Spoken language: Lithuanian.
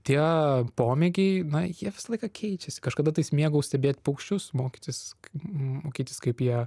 tie pomėgiai na jie visą laiką keičiasi kažkada taip mėgau stebėti paukščius mokytis mokytis kaip ją